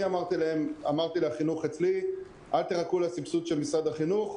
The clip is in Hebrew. לכן אמרתי לחינוך אצלי: "אל תחכו לסבסוד של משרד החינוך,